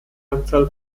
anzahl